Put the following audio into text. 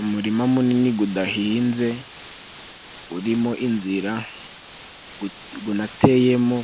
Umurima munini gudahinze urimo inzira gunateyemo